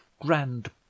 grand